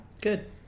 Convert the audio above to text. Good